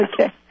Okay